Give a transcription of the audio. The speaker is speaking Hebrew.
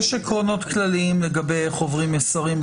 יש עקרונות כלליים לגבי איך עוברים מסרים.